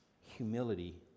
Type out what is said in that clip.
humility